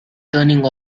turning